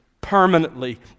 permanently